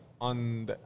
on